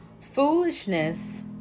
foolishness